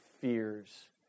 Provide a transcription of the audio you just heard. fears